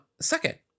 Second